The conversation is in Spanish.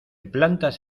plantas